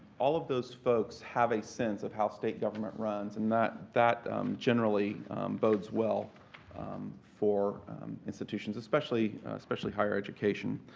all of those folks have a sense of how state government runs, and that that generally bodes well for institutions, especially especially higher education.